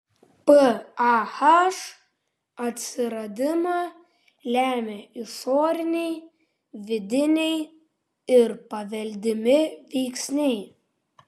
pah atsiradimą lemia išoriniai vidiniai ir paveldimi veiksniai